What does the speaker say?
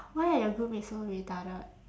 why are your groupmates so retarded